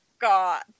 God